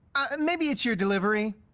maybe it's your delivery,